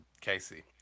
Casey